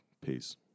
Peace